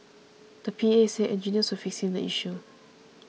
the P A said engineers were fixing the issue